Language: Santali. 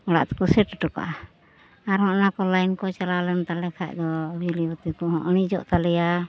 ᱚᱲᱟᱜ ᱛᱮᱠᱚ ᱥᱮᱴ ᱦᱚᱴᱚ ᱠᱟᱜᱼᱟ ᱟᱨ ᱦᱚᱸ ᱚᱱᱟᱠᱚ ᱞᱟᱭᱤᱱ ᱠᱚ ᱪᱟᱞᱟᱣ ᱞᱮᱱ ᱛᱟᱞᱮ ᱠᱷᱟᱱ ᱫᱚ ᱵᱤᱡᱽᱞᱤ ᱵᱟᱹᱛᱤ ᱠᱚᱦᱚᱸ ᱤᱲᱤᱡᱚᱜ ᱛᱟᱞᱮᱭᱟ